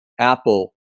Apple